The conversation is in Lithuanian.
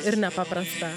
ir nepaprasta